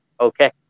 Okay